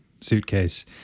suitcase